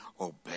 obey